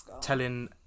telling